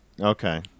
Okay